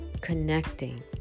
connecting